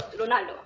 Ronaldo